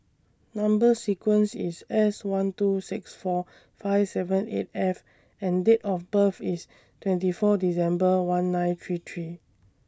Number sequence IS S one two six four five seven eight F and Date of birth IS twenty four December one nine three three